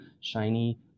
shiny